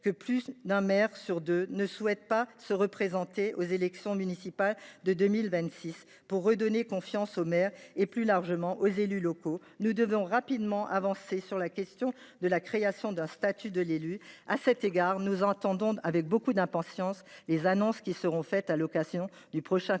que plus d’un maire sur deux ne souhaite pas se représenter aux élections municipales de 2026. Pour redonner confiance aux maires et, plus largement, aux élus locaux, nous devons rapidement avancer sur la question de la création d’un statut de l’élu. À cet égard, nous attendons avec beaucoup d’impatience les annonces qui seront faites à l’occasion du prochain congrès